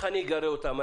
איך אני אגרה אותם,